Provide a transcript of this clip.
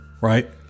right